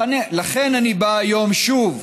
לכן אני בא היום שוב,